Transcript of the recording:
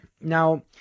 Now